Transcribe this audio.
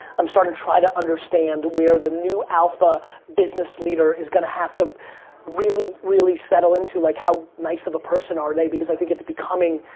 i'm starting to try to understand where the new alpha business leader is gonna have to really, really settle into like how nice of a person are they because i think it's becoming,